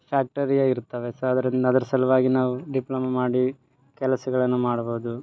ಫ್ಯಾಕ್ಟರಿಯ ಇರ್ತವೆ ಸೊ ಅದ್ರಿನ್ ಅದ್ರ ಸಲುವಾಗಿ ನಾವು ಡಿಪ್ಲೋಮ ಮಾಡಿ ಕೆಲಸಗಳನ್ನ ಮಾಡ್ಬೋದು